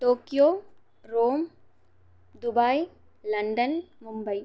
Tokyo Rome Dubai London Mumbai